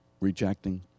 rejecting